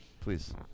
Please